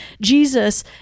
Jesus